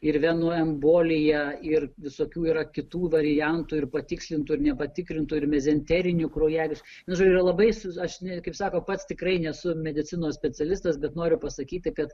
ir venų embolija ir visokių yra kitų variantų ir patikslintų ir nepatikrintų ir mezenterinių kraujagyslių nu žodžiu yra labai aš ne kaip sako pats tikrai nesu medicinos specialistas bet noriu pasakyti kad